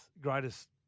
greatest